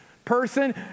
Person